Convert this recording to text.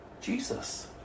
Jesus